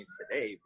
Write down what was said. today